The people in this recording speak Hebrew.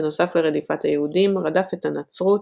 בנוסף לרדיפת היהודים, רדף את הנצרות,